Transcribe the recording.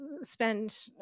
spend